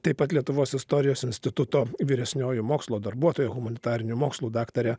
taip pat lietuvos istorijos instituto vyresnioji mokslo darbuotoja humanitarinių mokslų daktarė